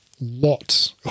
lots